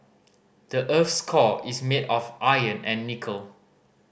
the earth's core is made of iron and nickel